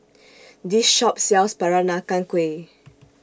This Shop sells Peranakan Kueh